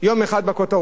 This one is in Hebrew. יום אחד בכותרות.